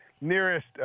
Nearest